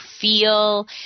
feel